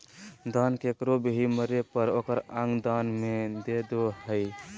दान केकरो भी मरे पर ओकर अंग दान में दे दो हइ